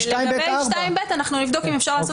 לגבי 2ב אנחנו נבדוק אם אפשר לעשות